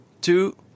two